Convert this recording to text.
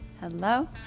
Hello